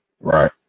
right